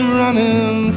running